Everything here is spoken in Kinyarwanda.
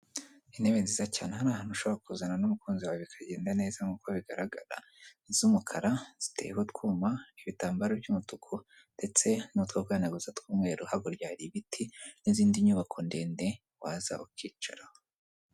Intebe nziza cyane aha ni ahantu ushobora kuzana n'umukunzi wawe bikagenda neza, nk'uko bigaragara iz'umukara ziteyeho utwuma, ibitambaro by'umutuku ndetse n'utwo guhanaguza tw'umweru, hakurya hari ibiti n'izindi nyubako ndende waza ukicara.